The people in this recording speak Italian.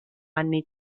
anni